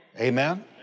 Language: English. Amen